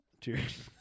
Cheers